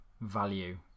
value